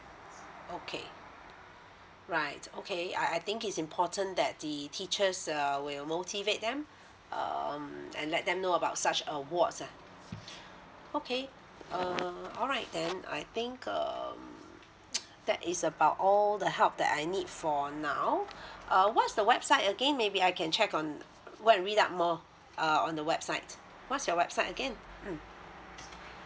okay right okay I I think it's important that the teachers err will motivate them um and let them know about such awards ah okay uh alright then I think um that is about all the help that I need for now uh what's the website again maybe I can check on go and read up more uh on the website what's your website again mm